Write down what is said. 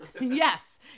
yes